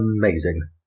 amazing